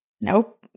nope